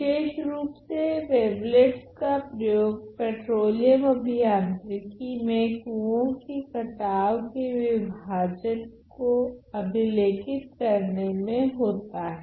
विषेशरूप से वेवलेट्स का प्रयोग पेट्रोलियम अभियांत्रिकी में कुवों के कटाव के विभाजन को अभिलेखित करने में होता हैं